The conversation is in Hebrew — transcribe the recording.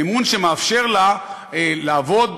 מימון שמאפשר לה לעבוד,